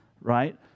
right